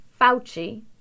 Fauci